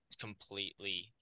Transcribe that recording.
completely